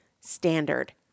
standard